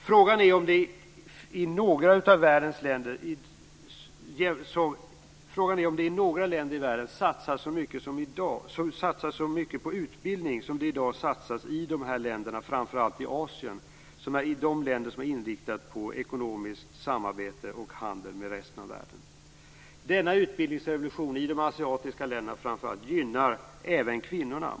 Frågan är om det i några andra av världens länder satsas så mycket på utbildning som man i dag satsar i de här länderna, framför allt i de asiatiska länder som är inriktade på ekonomiskt samarbete och handel med resten av världen. Denna utbildningsrevolution i framför allt de asiatiska länderna gynnar även kvinnorna.